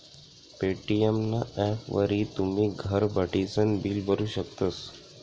Paytm ना ॲपवरी तुमी घर बठीसन बिल भरू शकतस